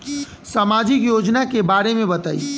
सामाजिक योजना के बारे में बताईं?